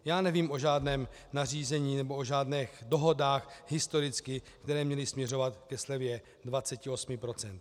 Já nevím o žádném nařízení nebo o žádných dohodách historicky, které měly směřovat ke slevě 28 %.